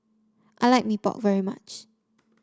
I like Mee Pok very much